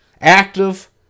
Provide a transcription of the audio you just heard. Active